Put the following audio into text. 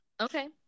Okay